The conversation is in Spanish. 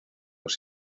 los